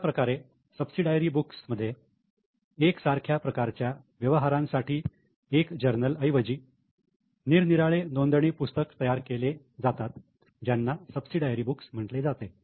अशाप्रकारे subsidiary books मध्ये एक सारख्या प्रकारच्या व्यवहारांसाठी एक जर्नल ऐवजी निरनिराळे नोंदणी पुस्तक तयार केली जातात ज्यांना 'सबसीडायरी बुक्स' म्हटले जाते